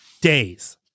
days